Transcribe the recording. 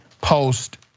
Post